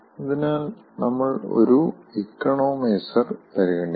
അതിനാൽ നമ്മൾ ഒരു ഇക്കണോമൈസർ പരിഗണിക്കാം